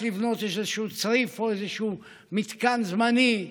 לבנות איזשהו צריף או איזשהו מתקן זמני,